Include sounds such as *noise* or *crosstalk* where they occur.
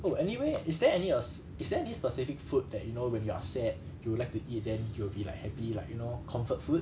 oh anyway is there any err s~ is there any specific food that you know when you are sad *breath* you would like to eat then you'll be like happy like you know comfort food